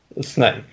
Snake